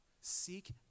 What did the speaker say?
Seek